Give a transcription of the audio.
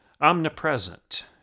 omnipresent